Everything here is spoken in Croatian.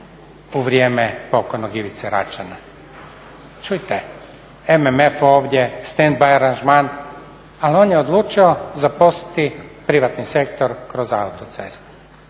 u vrijeme pokojnog Ivice Račana, čujte MMF ovdje, stand by aranžman ali on je odlučio zaposliti privatni sektor kroz autoceste.